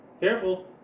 Careful